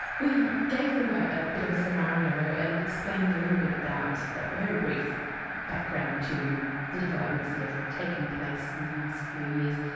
we gave them a a bit of a scenario and explained a little bit about a very brief background to the developments that have taken place in the last few years,